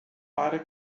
pára